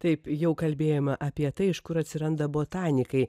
taip jau kalbėjome apie tai iš kur atsiranda botanikai